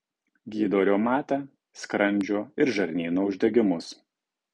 gydo reumatą skrandžio ir žarnyno uždegimus